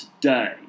today